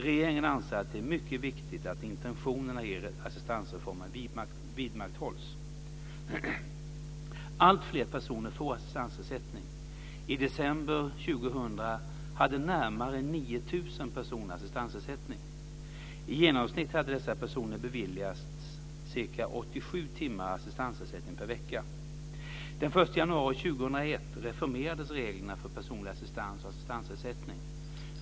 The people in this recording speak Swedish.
Regeringen anser att det är mycket viktigt att intentionerna i assistansreformen vidmakthålls. januari 2001 reformerades reglerna för personlig assistans och assistansersättning.